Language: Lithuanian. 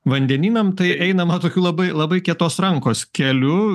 vandenynam tai einama tokiu labai labai kietos rankos keliu